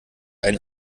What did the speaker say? einen